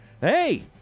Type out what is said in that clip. hey